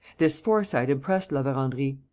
this foresight impressed la verendrye.